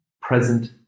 present